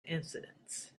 incidents